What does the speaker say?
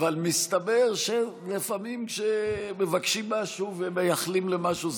אבל מסתבר שלפעמים כשמבקשים משהו ומייחלים למשהו,